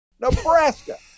Nebraska